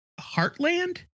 Heartland